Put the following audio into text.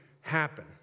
happen